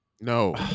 No